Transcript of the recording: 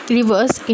Reverse